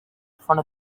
front